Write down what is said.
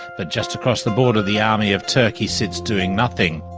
but just across the border the army of turkey sits doing nothing.